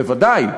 בוודאי.